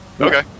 okay